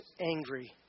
angry